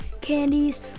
candies